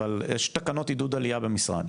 אבל יש תקנות עידוד עלייה במשרד,